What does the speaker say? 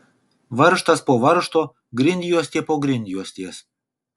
varžtas po varžto grindjuostė po grindjuostės